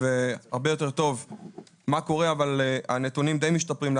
הרבה יותר טוב מה קורה הנתונים די משתפרים.